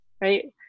right